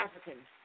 Africans